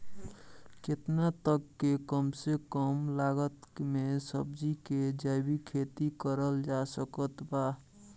केतना तक के कम से कम लागत मे सब्जी के जैविक खेती करल जा सकत बा?